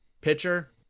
Pitcher